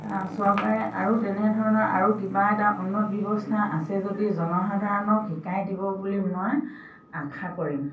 চৰকাৰে আৰু তেনেধৰণৰ আৰু কিবা এটা উন্নত ব্যৱস্থা আছে যদি জনসাধাৰণক শিকাই দিব বুলি মই আশা কৰিম